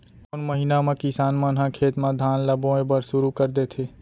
कोन महीना मा किसान मन ह खेत म धान ला बोये बर शुरू कर देथे?